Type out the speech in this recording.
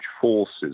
forces